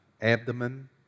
abdomen